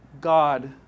God